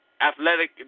athletic